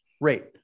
rate